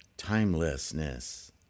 timelessness